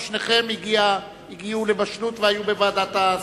או ששתיהן הגיעו לבשלות והיו בוועדת השרים?